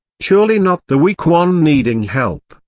surely not the weak one needing help,